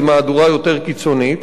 במהדורה יותר קיצונית.